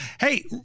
Hey